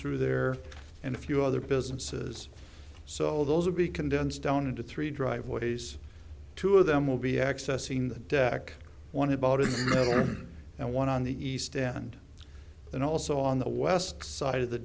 through there and a few other businesses so those will be condensed down into three driveways two of them will be accessing the deck one about it and one on the east and then also on the west side of the